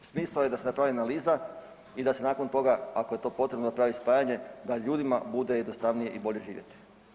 Smisao je da se napravi analiza i da se nakon toga ako je to potrebno napraviti spajanje da ljudima bude jednostavnije i bolje živjeti.